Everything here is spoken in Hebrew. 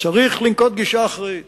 צריך לנקוט גישה אחראית,